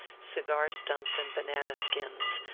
cigar-stumps and banana skins,